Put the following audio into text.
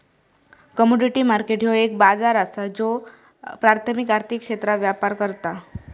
commodity market ह्यो एक बाजार असा ज्यो प्राथमिक आर्थिक क्षेत्रात व्यापार करता